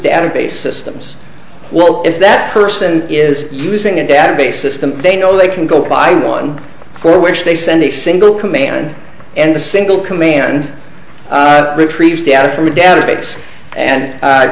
database systems well if that person is using a database system they know they can go buy one for which they send a single command and the single command retrieve the data from a database and